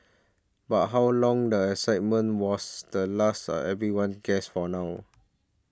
but how long the excitement was the last everyone guess for now